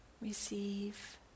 receive